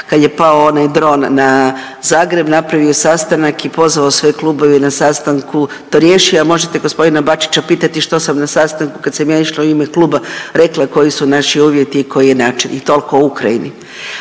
kad je pao onaj dron na Zagreb, napravio sastanak i pozvao sve klubove i na sastanku to riješio, a možete gospodina Bačića pitati što sam na sastanku kad sam ja išla u ime kluba rekla koji su naši uvjeti i koji je način. I toliko o Ukrajini.